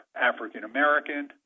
African-American